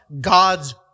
God's